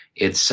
it's